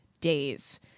days